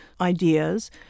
ideas